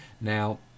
Now